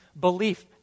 belief